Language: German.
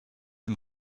dem